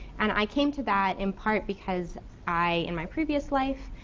and i came to that in part because i, in my previous life,